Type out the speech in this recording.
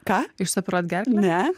ką išsioperuot gerklę ne